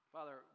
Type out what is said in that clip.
Father